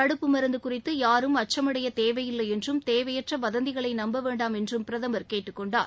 தடுப்பு மருந்து குறித்து யாரும் அச்சம் அடையத் தேவையில்லை என்றும் தேவையற்ற வதந்திகளை நம்ப வேண்டாம் என்றும் பிரதமர் கேட்டுக் கொண்டார்